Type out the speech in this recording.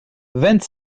vingt